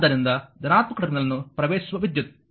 ಆದ್ದರಿಂದ ಧನಾತ್ಮಕ ಟರ್ಮಿನಲ್ ಅನ್ನು ಪ್ರವೇಶಿಸುವ ವಿದ್ಯುತ್